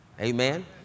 Amen